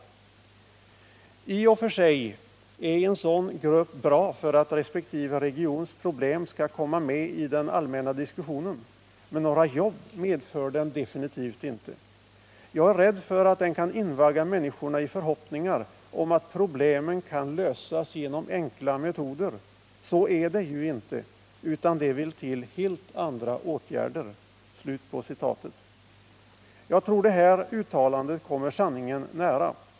37 Nr 35 I och för sig är en sådan grupp bra för att respektive regions problem skall Fredagen den komma med i den allmänna diskussionen, men några jobb medför den 17 november 1978 definitivt inte. Jag är rädd för att den kan invagga människorna i förhoppningar om att problemen kan lösas genom enkla metoder. Så är det ju inte, utan det vill till helt andra åtgärder.” Jag tror det här uttalandet kommer sanningen nära.